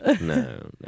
no